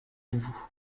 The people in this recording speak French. vous